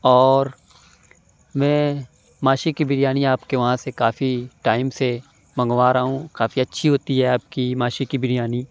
اور میں ماشی کی بریانی آپ کے وہاں سے کافی ٹائم سے منگوا رہا ہوں کافی اچھی ہوتی ہے آپ کی ماشی کی بریانی